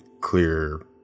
clear